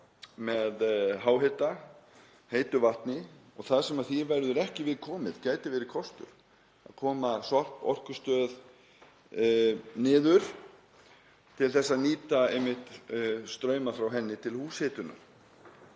með háhita, heitu vatni, og þar sem því verður ekki við komið gæti verið kostur að koma sorporkustöð niður til að nýta einmitt strauma frá henni til húshitunar.